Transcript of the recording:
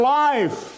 life